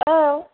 औ